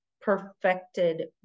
perfected